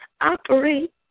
operate